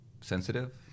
sensitive